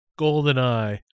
GoldenEye